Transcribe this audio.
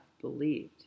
believed